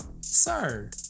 Sir